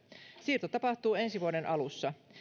siirto tapahtuu ensi vuoden alussa